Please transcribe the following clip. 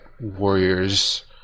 warriors